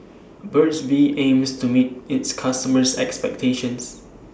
Burt's Bee aims to meet its customers' expectations